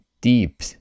deep